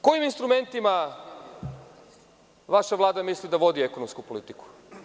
Kojim instrumentima vaša Vlada misli da vodi ekonomsku politiku?